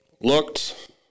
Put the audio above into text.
Looked